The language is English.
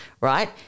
right